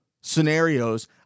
scenarios